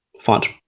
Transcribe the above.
font